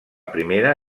primera